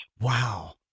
Wow